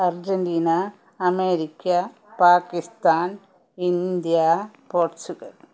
Argentina America Pakistan India Portugal